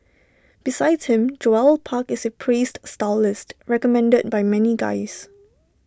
besides him Joel park is A praised stylist recommended by many guys